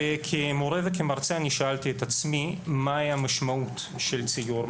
כמורה ומרצה שאלתי את עצמי מהי המשמעות של ציור,